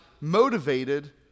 motivated